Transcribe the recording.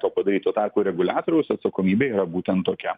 to padaryti tuo tarpu reguliatoriaus atsakomybė yra būtent tokia